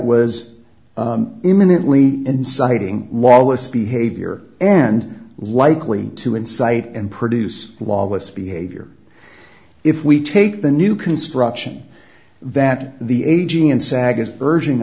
was imminently inciting wallace behavior and likely to incite and produce lawless behavior if we take the new construction that the